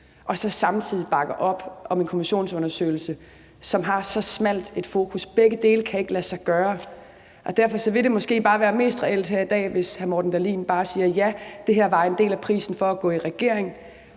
så samtidig bakke op om en kommissionsundersøgelse, som har så smalt et fokus. Begge dele kan ikke lade sig gøre. Derfor vil det måske være mest reelt her i dag, hvis hr. Morten Dahlin bare siger: Ja, det her var en del af prisen for at gå i regering